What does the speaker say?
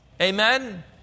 Amen